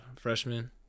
freshman